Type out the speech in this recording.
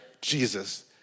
Jesus